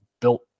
built